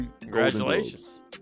Congratulations